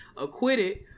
acquitted